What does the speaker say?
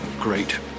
great